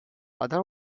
other